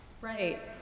Right